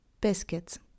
biscuits